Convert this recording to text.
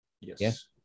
Yes